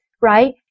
Right